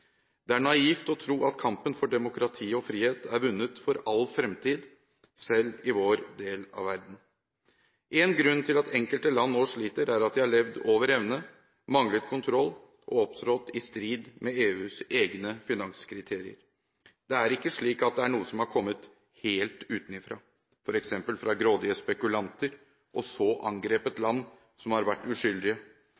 Det er naivt å tro at kampen for demokrati og frihet er vunnet for all fremtid, selv i vår del av verden. Én grunn til at enkelte land nå sliter, er at de har levd over evne, manglet kontroll og opptrådt i strid med EUs egne finanskriterier. Det er ikke slik at det er noe som har kommet helt utenfra, f.eks. fra grådige spekulanter, og som så